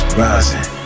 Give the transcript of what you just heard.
rising